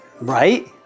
Right